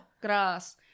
Grass